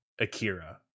Akira